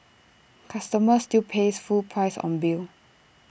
customer still pays full price on bill